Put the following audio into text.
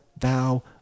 thou